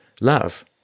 Love